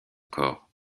corps